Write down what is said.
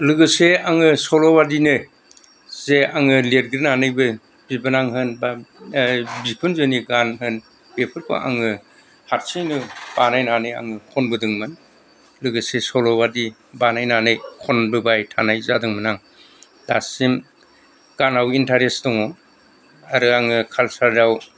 लोगोसे आङो सल' बादिनो जे आङो लिरग्रोनानैबो बिबोनां होन बा बिखुनजोनि गान होन बेफोरखौ आङो हारसिङैनो बानायनानै आं खनबोदोंमोन लोगोसे सल'बादि बानायनानै खनबोबाय थानाय जादोंमोन आं दासिम गानाव इनटारेस्ट दङ आरो आङो कालसार आव